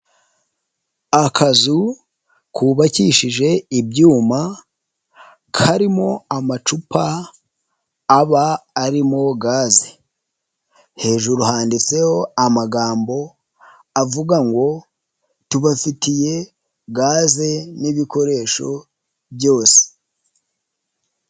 Akazu kubakishije ibyuma, karimo amacupa aba arimo gaze, hejuru handitseho amagambo avuga ngo tubafitiye gaze n'ibikoresho byose.